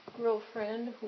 girlfriend